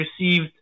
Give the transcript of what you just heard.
received